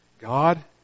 God